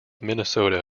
minnesota